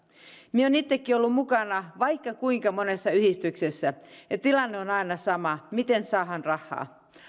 minä olen itsekin ollut mukana vaikka kuinka monessa yhdistyksessä ja tilanne on aina sama miten saadaan rahaa